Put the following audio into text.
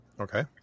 Okay